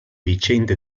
vicende